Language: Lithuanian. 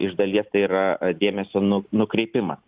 iš dalies tai yra dėmesio nu nukreipimas